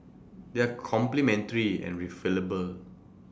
they are complementary and refillable